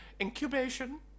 incubation